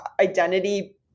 identity